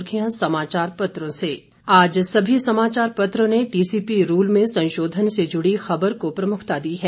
सुर्खियां समाचार पत्रों से आज सभी समाचार पत्रों ने टीसीपी रूल में संशोधन से जुड़ी खबर को प्रमुखता दी है